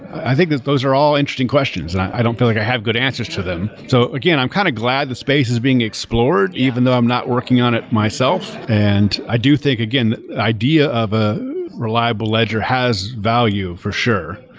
i think that those are all interesting questions, and i don't feel like i have good answers to them. so again, i'm kind of glad the space is being explored even though i'm not working on it myself, and i do think, again, the idea of a reliable ledger has value, for sure.